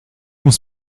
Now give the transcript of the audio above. muss